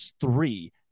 three